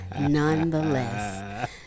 Nonetheless